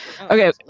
Okay